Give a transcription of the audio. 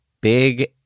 big